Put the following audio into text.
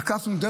עקפנו,